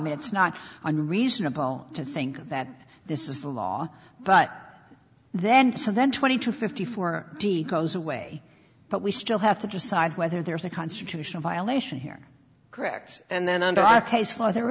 mean it's not unreasonable to think that this is the law but then so then twenty two fifty four d goes away but we still have to decide whether there's a constitutional violation here correct and then under our case law there